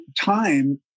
time